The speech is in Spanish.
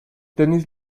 tenis